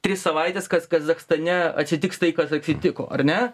tris savaites kas kazachstane atsitiks tai kas atsitiko ar ne